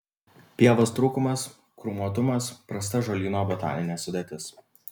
pievos trūkumas krūmuotumas prasta žolyno botaninė sudėtis